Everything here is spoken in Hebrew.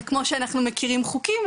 אבל כמו שאנחנו מכירים חוקים,